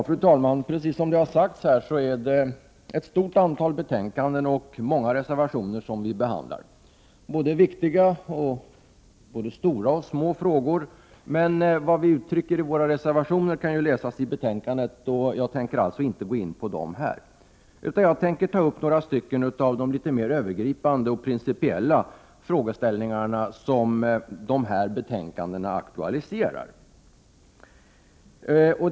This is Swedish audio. Fru talman! Vi behandlar nu, som det redan har sagts här, ett stort antal betänkanden och många reservationer. De gäller viktiga frågor, såväl stora som små. Men vad vi i centern uttrycker i våra reservationer kan läsas i betänkandena, varför jag här inte skall gå in på dem. I stället skall jag beröra några av de mer övergripande och principiella frågeställningar som aktualiserasibetänkandena.